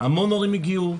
המון הורים הגיעו,